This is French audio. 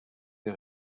ces